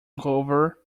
cover